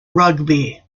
rugby